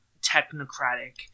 technocratic